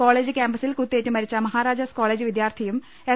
college കാമ്പസിൽ കുത്തേറ്റു മരിച്ച മഹാരാജാസ് കോളേജു വിദ്യാർത്ഥിയും എസ്